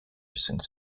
since